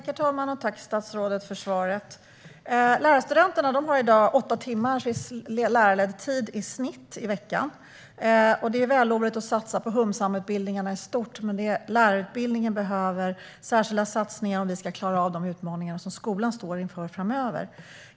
Herr talman! Tack, statsrådet, för svaret! Lärarstudenterna har i dag i genomsnitt åtta timmar lärarledd tid i veckan. Det är vällovligt att satsa på humsamutbildningarna i stort, men lärarutbildningen behöver särskilda satsningar om vi ska klara av de utmaningar som skolan står inför framöver.